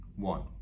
One